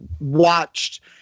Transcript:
watched